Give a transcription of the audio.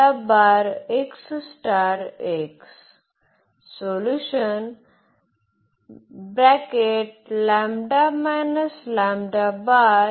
is real